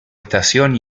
estación